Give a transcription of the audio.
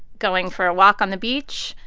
going for a walk on the beach.